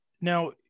Now